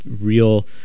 real